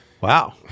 Wow